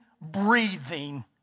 breathing